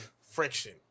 friction